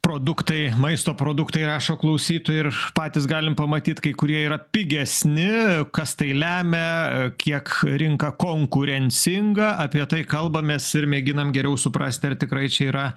produktai maisto produktai rašo klausytojai ir patys galim pamatyt kai kurie yra pigesni kas tai lemia kiek rinka konkurencinga apie tai kalbamės ir mėginam geriau suprast ar tikrai čia yra